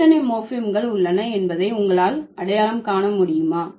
எத்தனை மோர்ப்பிம்கள் உள்ளன என்பதை உங்களால் அடையாளம் காண முடியுமா